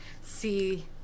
see